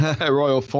Royal